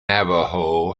navajo